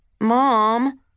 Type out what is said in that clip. Mom